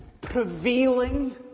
prevailing